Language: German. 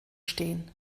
stehen